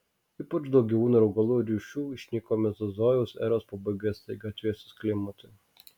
ypač daug gyvūnų ir augalų rūšių išnyko mezozojaus eros pabaigoje staiga atvėsus klimatui